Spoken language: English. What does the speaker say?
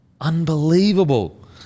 Unbelievable